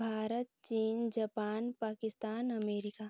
भारत चीन Japan Pakistan America